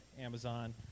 Amazon